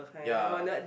ya